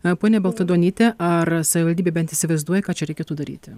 a ponia baltaduonyte ar savivaldybė bent įsivaizduoja ką čia reikėtų daryti